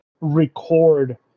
record